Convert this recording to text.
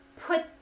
put